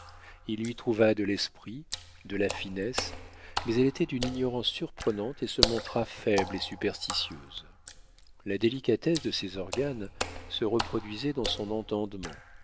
il lui trouva de l'esprit de la finesse mais elle était d'une ignorance surprenante et se montra faible et superstitieuse la délicatesse de ses organes se reproduisait dans son entendement